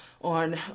on